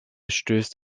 stößt